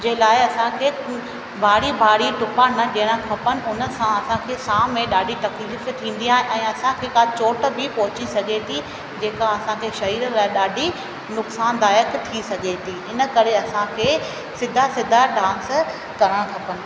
जे लाइ असां खे बारी बारी टिपा न ॾियणु खपनि उन सां असां खे साह में ॾाढी तक़लीफ थींदी आह ऐं असां खे का चोट बि पहुची सघे थी जेका असांखे शरीर लाइ ॾाढी नुक़सानदायक थी सघे थी इन करे असांखे सिधा सिधा डांस करणु खपनि